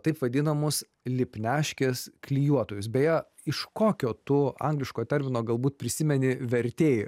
taip vadinamus lipniaškės klijuotojus beje iš kokio tu angliško termino galbūt prisimeni vertei